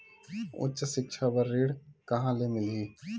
उच्च सिक्छा बर ऋण कहां ले मिलही?